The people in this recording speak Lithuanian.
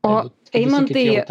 o eimantai